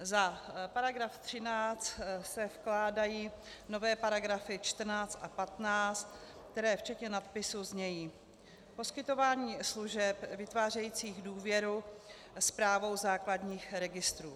Za § 13 se vkládají nové § 14 a 15, které včetně nadpisu znějí: Poskytování služeb vytvářejících důvěru správou základních registrů